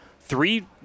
three